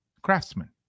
craftsman